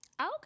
Okay